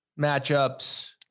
matchups